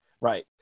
right